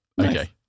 okay